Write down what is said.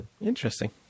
Interesting